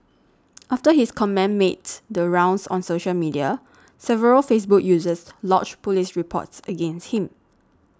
after his comment mades the rounds on social media several Facebook users lodged police reports against him